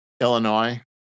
Illinois